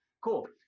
cool